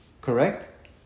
Correct